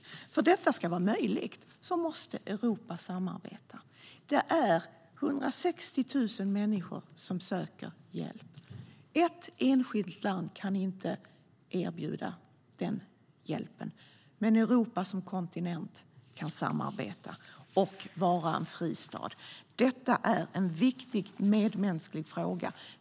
För att detta ska vara möjligt måste Europa samarbeta. 160 000 människor söker hjälp. Ett enskilt land kan inte erbjuda den hjälpen, men Europa som kontinent kan samarbeta och vara en fristad. Detta är en viktig medmänsklig fråga.